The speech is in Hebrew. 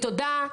תודה.